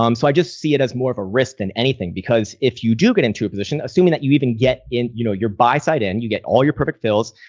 um so i just see it as more of a risk than anything, because if you do get into position, assuming that you even get in you know your buyside and you get all your perfect fills,